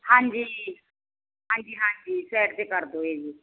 ਹਾਂਜੀ ਹਾਂਜੀ ਹਾਂਜੀ ਸਾਈਡ 'ਤੇ ਕਰ ਦਿਓ ਜੀ